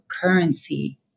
currency